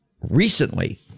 Recently